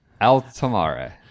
Altamare